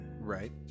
right